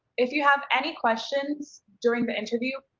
if you have any questions during the interview,